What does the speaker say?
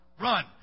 Run